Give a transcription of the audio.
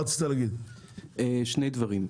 שני דברים.